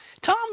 Tom